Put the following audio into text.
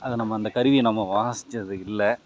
அதை நம்ம அந்த கருவியை நம்ம வாசிச்சது இல்லை